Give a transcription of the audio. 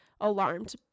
alarmed